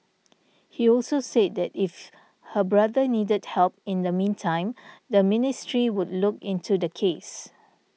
he also said that if her brother needed help in the meantime the ministry would look into the case